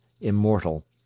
immortal